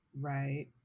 Right